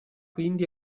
quindi